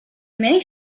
many